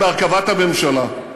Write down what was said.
בהרכבת הממשלה.